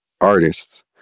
artists